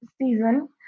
season